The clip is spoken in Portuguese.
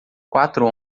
quatro